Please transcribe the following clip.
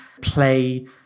play